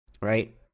right